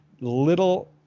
little